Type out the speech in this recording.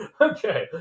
Okay